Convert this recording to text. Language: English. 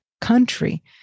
country